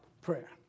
prayer